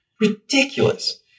Ridiculous